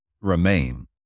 remain